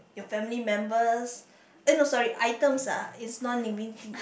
your family members eh no sorry items ah is non living things